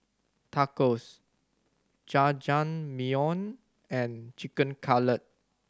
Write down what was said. Tacos Jajangmyeon and Chicken Cutlet